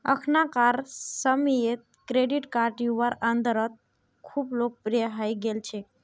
अखनाकार समयेत credit card युवार अंदरत खूब लोकप्रिये हई गेल छेक